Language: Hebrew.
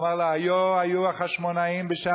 הוא אמר לו: היה היו החשמונאים בשעתם,